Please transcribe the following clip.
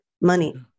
money